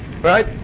Right